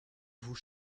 vous